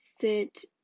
sit